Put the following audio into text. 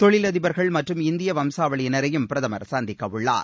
தொழிலதிபர்கள் மற்றும் இந்திய வம்சாவளியினரையும் பிரதமர் சந்திக்கவுள்ளார்